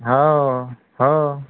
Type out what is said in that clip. हो हो